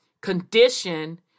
condition